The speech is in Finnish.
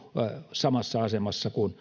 samassa asemassa